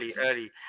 early